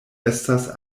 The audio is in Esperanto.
estas